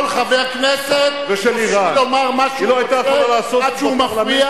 כל חבר חופשי לומר מה שהוא רוצה עד שהוא מפריע,